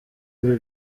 ibi